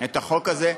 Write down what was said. את החוק הזה.